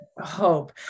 hope